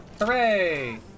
Hooray